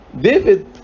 David